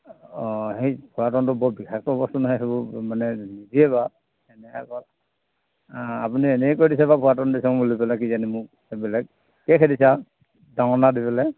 সেই পুৰাটনটো বৰ বিশাক্ত বস্তু নহয় সেইবোৰ মানে নিদিয়ে বা এনে আক আপুনি এনেই কৰি দিছে বা পুৰাটন দিছো বুলি পেলাই কি জানি মোক সেইবিলাক দি পেলাই